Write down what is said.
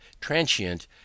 transient